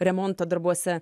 remonto darbuose